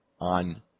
on